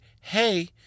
hey